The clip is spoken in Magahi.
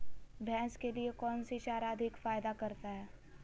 भैंस के लिए कौन सी चारा अधिक फायदा करता है?